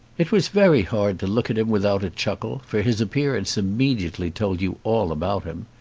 it was very hard to look at him without a chuckle, for his appearance immediately told you all about him.